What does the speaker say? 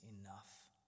enough